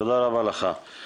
תודה רבה לכם.